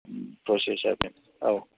प्रसेसा बेनो औ